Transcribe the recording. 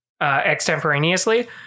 extemporaneously